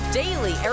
daily